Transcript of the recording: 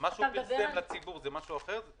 חצי מיליארד זה בעצם לצורך פיצוי עסקים שלא פיטרו.